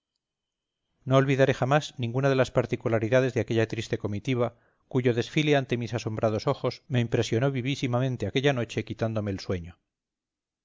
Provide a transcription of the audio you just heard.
no olvidaré jamás ninguna de las particularidades de aquella triste comitiva cuyo desfile ante mis asombrados ojos me impresionó vivísimamente aquella noche quitándome el sueño